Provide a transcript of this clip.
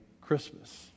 Christmas